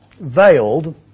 veiled